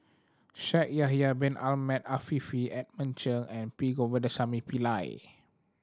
Shaikh Yahya Bin Ahmed Afifi Edmund Cheng and P Govindasamy Pillai